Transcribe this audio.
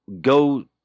go